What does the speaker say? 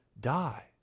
die